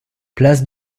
place